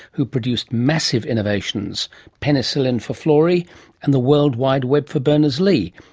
who produced massive innovations penicillin for florey and the world wide web for berners-lee,